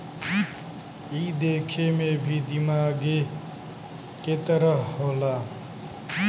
ई देखे मे भी दिमागे के तरह होला